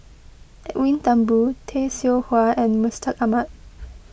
Edwin Thumboo Tay Seow Huah and Mustaq Ahmad